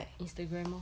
instagram lor